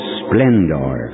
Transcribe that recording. splendor